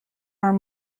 are